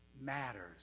matters